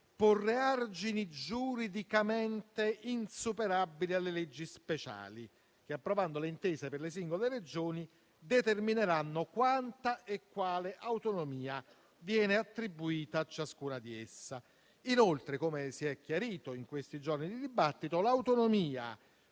porre argini giuridicamente insuperabili alle leggi speciali che, approvando le intese per le singole Regioni, determineranno quanta e quale autonomia viene attribuita a ciascuna di esse. Inoltre, come si è chiarito in questi giorni di dibattito, l'autonomia